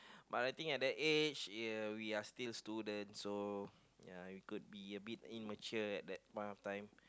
but I think at that age uh we are still student so ya it could be a bit immature that point of time